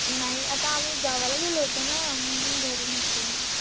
नाही आता आम्ही गावाला गेलो होतो ना म्हणून घरी नसेल